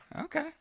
okay